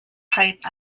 pipe